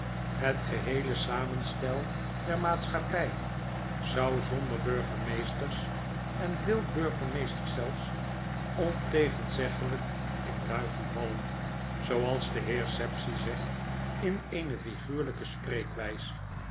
het geheele samenstel der maatschappy zou zonder burgemeesters en veel burgemeesters zelfs ontegenzeggelijk in duigen vallen zooals de heer sapsea zegt in eene figuurlyke spreekwgs